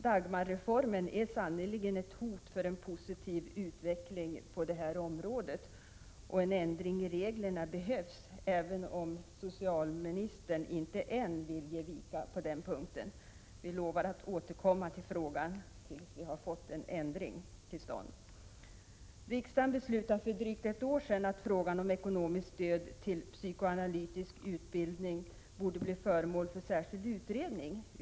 Dagmarreformen är sannerligen ett hot mot en positiv utveckling på det här området, och en ändring av reglerna behövs, även om socialministern inte än vill ge vika på den punkten. Vi lovar att återkomma till frågan tills vi har fått en ändring till stånd. Riksdagen beslutade för drygt ett år sedan att frågan om ekonomiskt stöd till psykoanalytisk utbildning borde bli föremål för särskild utredning.